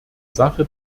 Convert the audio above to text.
sache